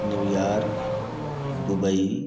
New York Dubai